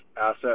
asset